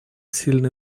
сильный